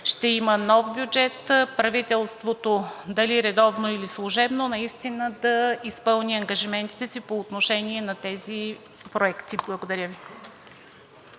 ще има нов бюджет, правителството – дали редовно или служебно, наистина да изпълни ангажиментите си по отношение на тези проекти. Благодаря Ви.